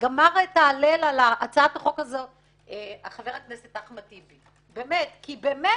גמר את ההלל על הצעת החוק הזאת חבר הכנסת אחמד טיבי כי באמת